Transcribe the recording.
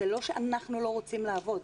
זה לא שאנחנו לא רוצים לעבוד.